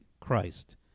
Christ